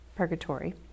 purgatory